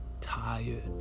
tired